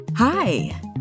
Hi